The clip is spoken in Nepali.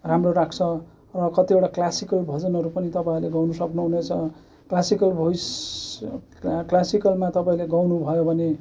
राम्रो राख्छ कतिवटा क्लासिकल भजनहरू पनि तपाईँहरूले गाउन सक्नु हुनेछ क्लासिकल भोइस क्लासिकलमा तपाईँले गाउनु भयो भने